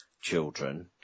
children